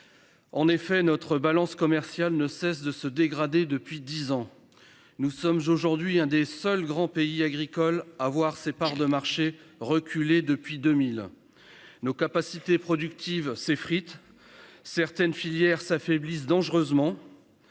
En effet, notre balance commerciale ne cesse de se dégrader depuis 10 ans. Nous sommes aujourd'hui un des seuls grands pays agricoles à voir ses parts de marché reculé depuis 2000. Nos capacités productives s'effrite. Certaines filières s'affaiblissent dangereusement.